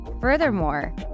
Furthermore